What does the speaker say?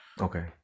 Okay